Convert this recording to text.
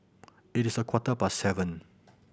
it is a quarter past seven